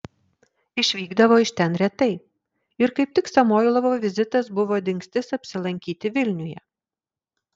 išvykdavo iš ten retai ir kaip tik samoilovo vizitas buvo dingstis apsilankyti vilniuje